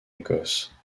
écosse